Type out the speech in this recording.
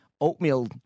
oatmeal